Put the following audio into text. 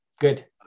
Good